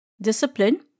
Discipline